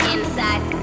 Inside